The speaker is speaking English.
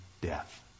death